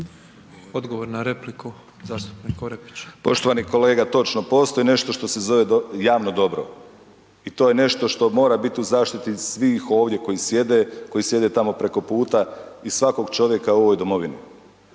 Orepić. **Orepić, Vlaho (Nezavisni)** Poštovani kolega, točno, postoji nešto što se zove javno dobro i to je nešto što mora biti u zaštiti svih ovdje koji sjede, koji sjede tamo preko puta i svakog čovjeka u ovoj domovini.